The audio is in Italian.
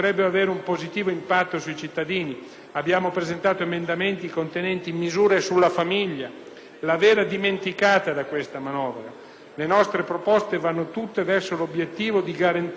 la vera dimenticata da questa manovra. Le nostre proposte vanno tutte verso l'obiettivo di garantire detrazioni alle famiglie con figli a carico, emendamenti che, il più delle volte, non sono stati